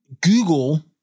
Google